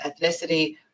ethnicity